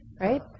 right